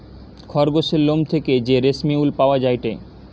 খরগোসের লোম থেকে যে রেশমি উল পাওয়া যায়টে